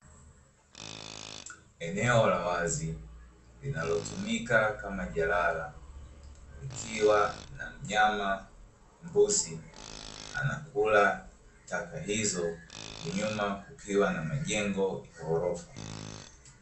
Eneo la wazi linalotumika kama jalala likiwa na mnyama mbuzi anakula taka hizo nyuma kukiwa na majengo yenye ghorofa.